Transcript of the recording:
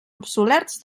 obsolets